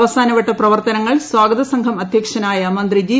അവസാനവട്ട പ്രവർത്തനങ്ങൾ സ്വാഗതസംഘം അധ്യക്ഷനായ മന്ത്രി ജി